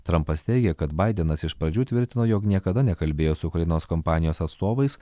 trampas teigia kad baidenas iš pradžių tvirtino jog niekada nekalbėjo su ukrainos kompanijos atstovais